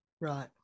Right